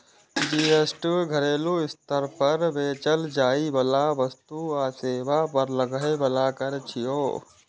GST घरेलू स्तर पर बेचल जाइ बला वस्तु आ सेवा पर लागै बला कर छियै